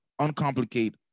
uncomplicate